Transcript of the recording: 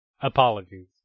Apologies